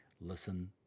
listen